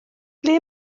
ble